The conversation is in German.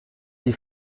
die